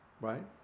right